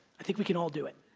i think we can all do it.